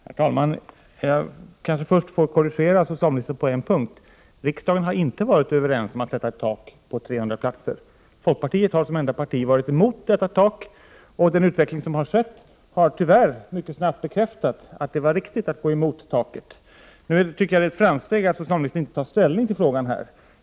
Herr talman! Jag kanske först får korrigera socialministern på en punkt. Riksdagen har inte varit överens om att sätta ett tak på 300 platser. Folkpartiet har som enda parti varit emot detta tak, och den utveckling som skett har tyvärr mycket snabbt bekräftat att det var riktigt att gå emot införandet av taket. Det är ett framsteg att socialministern inte tar ställning till frågan här.